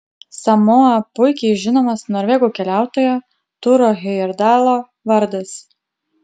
samoa puikiai žinomas norvegų keliautojo turo hejerdalo vardas